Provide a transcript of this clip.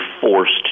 forced